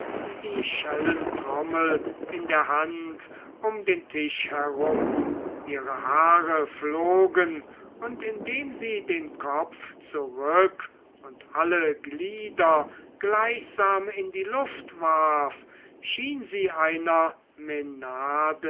die schellentrommel in der hand um den tisch herum ihre haare flogen und indem sie den kopf zurück und alle ihre glieder gleichsam in die luft warf schien sie einer